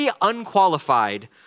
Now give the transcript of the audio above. unqualified